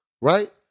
right